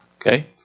Okay